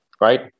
Right